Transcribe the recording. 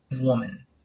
Woman